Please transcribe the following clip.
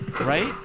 Right